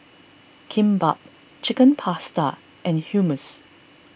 Kimbap Chicken Pasta and Hummus